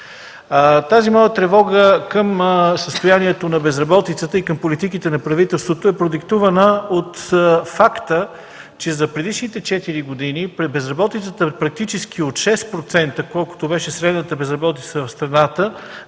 Тази моя тревога към състоянието на безработицата и към политиките на правителството е продиктувана от факта, че за предишните четири години при безработица практически от 6%, колкото беше средната безработица в страната,